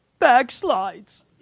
backslides